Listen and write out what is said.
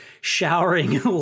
showering